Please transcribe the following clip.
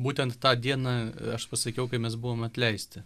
būtent tą dieną aš pasakiau kai mes buvom atleisti